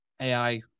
AI